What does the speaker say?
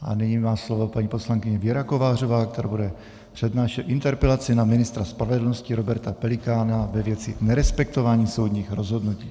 A nyní má slovo paní poslankyně Věra Kovářová, která bude přednášet interpelaci na ministra spravedlnosti Roberta Pelikána ve věci nerespektování soudních rozhodnutí.